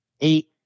eight